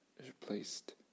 replaced